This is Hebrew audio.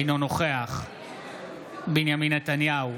אינו נוכח בנימין נתניהו,